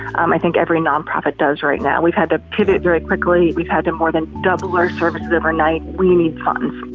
um i think every nonprofit does right now. we've had to pivot very quickly. we've had to more than double our services overnight. we need funds